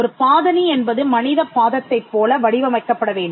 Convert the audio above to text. ஒரு பாதணி என்பது மனித பாதத்தைப் போல வடிவமைக்கப்பட வேண்டும்